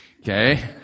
Okay